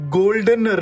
golden